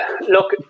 look